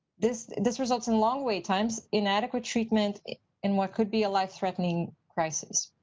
this this results in long wait times, inadequate treatment in what could be a life-threatening crisis.